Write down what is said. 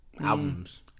Albums